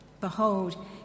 Behold